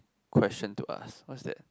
question to ask what's that